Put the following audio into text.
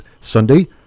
Sunday